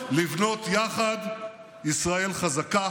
המליאה.) הצגתי יעד ברור: לבנות יחד ישראל חזקה,